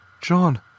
John